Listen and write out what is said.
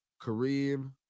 kareem